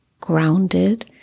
grounded